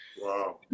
wow